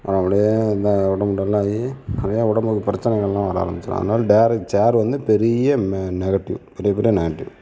அது அப்படியே உடம்பு டல்லாகி நிறையா உடம்புக்கு பிரச்சனைகள் எல்லாம் வர ஆரமிச்சிரும் அதனால சேரை சேர் வந்து பெரிய நெகட்டிவ் பெரிய பெரிய நெகட்டிவ்